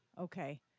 Okay